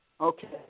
Okay